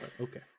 Okay